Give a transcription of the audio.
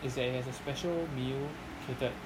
is that it has a special meal catered